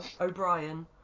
O'Brien